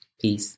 Peace